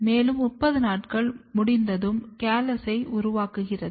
மேலும் 30 நாட்கள் முடிந்ததும் கேலஸை உருவாக்குகிறது